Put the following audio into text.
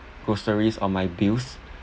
groceries or my bills